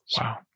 Wow